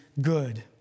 good